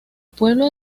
pueblo